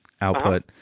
output